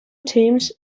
teams